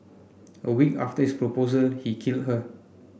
a week after his proposal he killed her